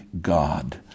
god